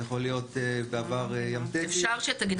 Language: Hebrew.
זה יכול להיות בעבר --- אפשר שתגיד